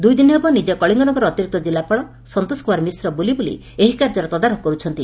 ଦୁଇ ଦିନ ହେବ ନିଜେ କଳିଙ୍ଗନଗର ଅତିରିକ୍ତ ଜିଲ୍ଲାପାଳ ସନ୍ତୋଷ କୁମାର ମିଶ୍ର ବୁଲି ବୁଲି ଏହି କାର୍ଯ୍ୟର ତଦାରଖ କରୁଛନ୍ତି